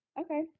Okay